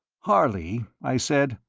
harley, i said,